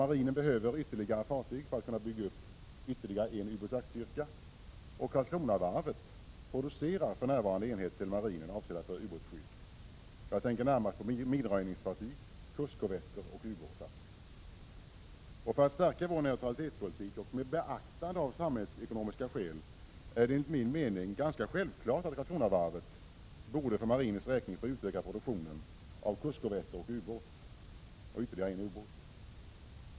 Marinen behöver fler fartyg för att kunna bygga upp ytterligare en ubåtsjaktsstyrka. Karlskronavarvet producerar för närvarande enheter avsedda för ubåtsskydd till marinen. Jag tänker närmast på minröjningsfartyg, kustkorvetter och ubåtar. För att stärka vår neutralitetspolitik och med beaktande av samhällsekonomiska skäl är det enligt min mening självklart att Karlskronavarvet borde få utöka produktionen av kustkorvetter och bygga ytterligare en ubåt för marinens räkning.